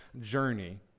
journey